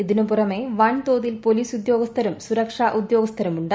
ഇതിനുപുറമെ വൻതോതിൽ പോലീസ് ഉദ്യോഗസ്ഥരും സൂര്ക്ഷാ് ഉദ്യോഗസ്ഥരുമുണ്ട്